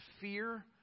fear